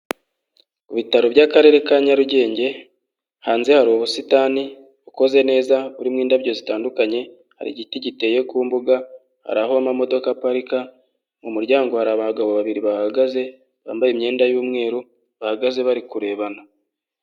Ku bitaro by'Akarere ka Nyarugenge hanze hari ubusitani bukoze neza burimo indabyo zitandukany,e hari igiti giteye ku mbuga, hari aho amamodoka aparika, mu muryango hari abagabo babiri bahahagaze bambaye imyenda y'umweru bahagaze bari kurebana.